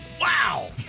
Wow